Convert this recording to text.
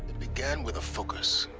began with a focus.